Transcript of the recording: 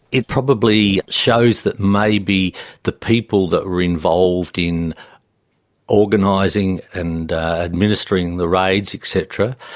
it probably shows that maybe the people that were involved in organising and administering the raids, et cetera,